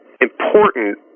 important